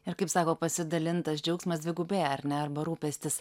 ir kaip sako pasidalintas džiaugsmas dvigubėja ar ne arba rūpestis